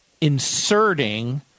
inserting –